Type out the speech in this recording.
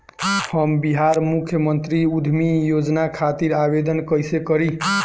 हम बिहार मुख्यमंत्री उद्यमी योजना खातिर आवेदन कईसे करी?